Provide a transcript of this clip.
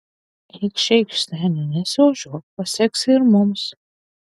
eikš eikš seni nesiožiuok paseksi ir mums